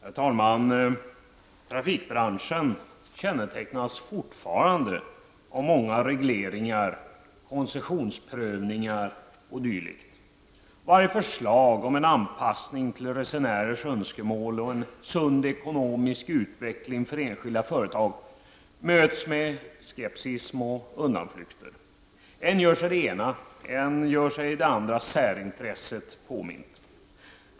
Herr talman! Trafikbranschen kännetecknas fortfarande av många regleringar, koncessionsprövningar o.d. Varje förslag om en anpassning till resenärers önskemål och en sund ekonomisk utveckling för enskilda företag möts med skepsis och undanflykter. Än gör sig det ena, än det andra särintresset påmint.